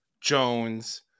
Jones